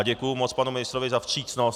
Děkuji moc panu ministrovi za vstřícnost.